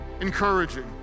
encouraging